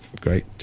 great